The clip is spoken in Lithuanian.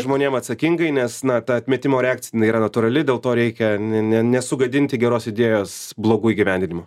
žmonėm atsakingai nes na ta atmetimo reakcija jinai yra natūrali dėl to reikia ne ne nesugadinti geros idėjos blogų įgyvendinimu